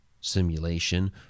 simulation